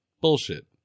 Bullshit